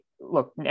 Look